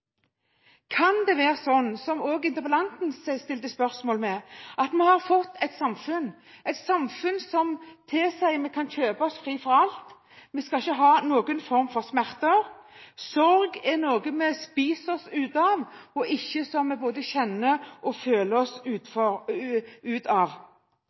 Kan det være slik, som også interpellanten stilte spørsmål ved, at vi har fått et samfunn som sier at vi kan kjøpe oss fri fra alt – at vi ikke skal ha noen form for smerter, at sorg er noe vi spiser oss ut av, og ikke noe vi både kjenner og føler?